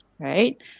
right